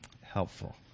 helpful